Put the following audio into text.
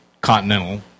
Continental